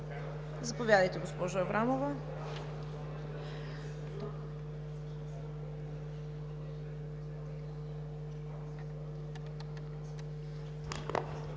Заповядайте, госпожо Аврамова.